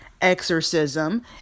exorcism